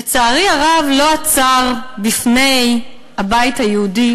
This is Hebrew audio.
לצערי הרב לא עצר את הבית היהודי